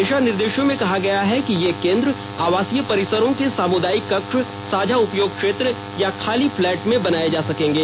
दिशा निर्देशों में कहा गया है कि ये केन्द्र आवासीय परिसरों के सामूदायिक कक्ष साझा उपयोग क्षेत्र या खाली फ्लैट में बनाए जा सकेंगे